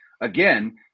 again